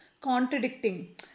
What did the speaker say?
contradicting